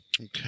Okay